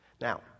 Now